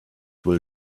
will